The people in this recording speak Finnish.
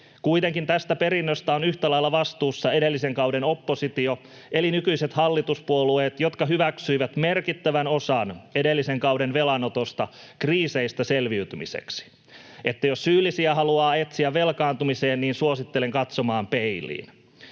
Kuitenkin tästä perinnöstä on yhtä lailla vastuussa edellisen kauden oppositio eli nykyiset hallituspuolueet, jotka hyväksyivät merkittävän osan edellisen kauden velanotosta kriiseistä selviytymiseksi. Että jos syyllisiä haluaa etsiä velkaantumiseen, niin suosittelen katsomaan peiliin.